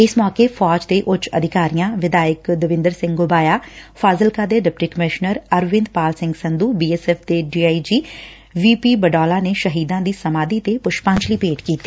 ਇਸ ਮੌਕੇ ਫੌਜ ਦੇ ਉੱਚ ਅਧਿਕਾਰੀਆਂ ਵਿਧਾਇਕ ਦਵਿਦਰ ਸਿੰਘ ਘੁਬਾਇਆ ਫਾਜ਼ਿਲਕਾ ਦੇ deputy commissioner Arvind Pal Singh Sandhu B F F ਦੇ D I G V P Badola ਨੇ ਸ਼ਹੀਦਾਂ ਦੀ ਸਮਾਧੀ ਤੇ ਪੁਸ਼ਪਾਜਲੀ ਭੇਂਟ ਕੀਤੀ